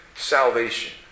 salvation